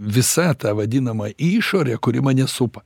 visa ta vadinama išore kuri mane supa